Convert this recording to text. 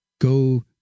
go